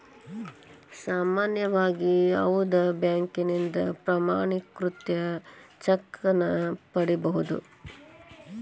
ಸಾಮಾನ್ಯವಾಗಿ ಯಾವುದ ಬ್ಯಾಂಕಿನಿಂದ ಪ್ರಮಾಣೇಕೃತ ಚೆಕ್ ನ ಪಡಿಬಹುದು